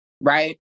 right